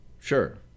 sure